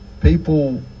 people